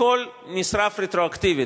הכול נשרף רטרואקטיבית,